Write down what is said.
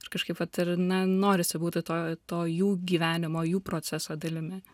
ir kažkaip vat ir na norisi būti to to jų gyvenimo jų proceso dalimi